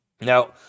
Now